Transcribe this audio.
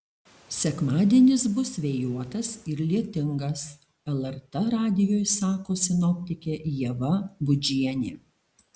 sekmadienis bus vėjuotas ir lietingas lrt radijui sako sinoptikė ieva budžienė